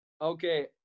Okay